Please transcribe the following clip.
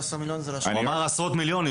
הוא אמר עשרות מיליונים.